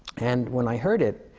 and when i heard it,